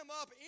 up